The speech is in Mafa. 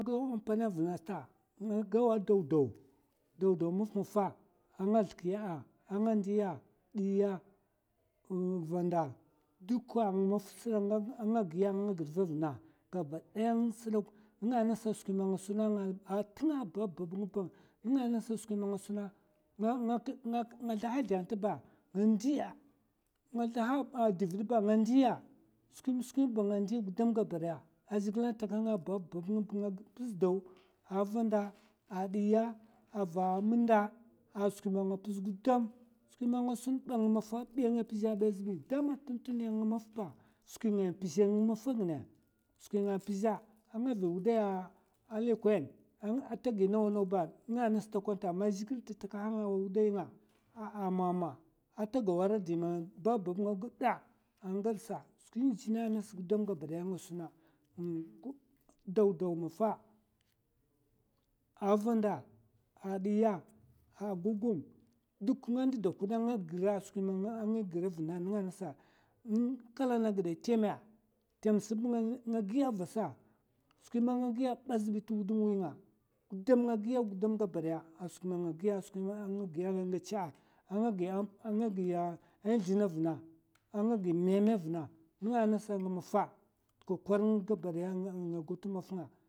A gaw mè npana vna n'ta, nga gawa daw daw, daw daw mafmafa a nga slikiya, a nga ndiya. diya, va'nda, duksa ng'maf sa nga a nga girva vna gabadaya ngs dok nènga ngasa skwi ma suna nga, a tu'nga ba bab ng'ba nènga nasa skwi ma nga suna. nga slaha zlè n'tba nga ndiya, nga slaha divid ntba nga ndiya skwim skwim ba nga ndiya gudam ba gabadaya a zhègila takaha nga a bababb nga ngag pz daw, na vanda, diya ava mn'nda a skwi ma mpuz gudam, skwi ma nga sun aa ng mafai a bi a nga pza bi azbi gudamma tun tuniya ng maf ba skwi nga mpzè ng maf gina. skwi nga mpzè a nga vi wudiya lèkwan ata gi nawa naw ba nga nas takwan ta. ma zhègil nda takahata wudai nga ah ah ata gawa ra diman ba babb ngagwad a nga gad sa, skwin jina nas gudam gababa daya nga suna daw daw mafa, a vanda, a diya a gugum duk nga ndda huda nga gira skwi mann a ngira vna nga nasa. um nga kalana gidè tèma, tèms nga giya vasa skwi man nga giya ba azbi twudum nga gudam nga giya, gudam gabadaya a skwi ma nga giya a nga giya nga ngèch'a, a nga giya zlèna vna, a nga gi mèmè vna nga nasa ng mafa t'kokwar ng gabadaya nga gaw tmaf nga.